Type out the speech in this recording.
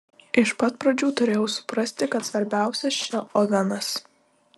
iš pat pradžių turėjau suprasti kad svarbiausias čia ovenas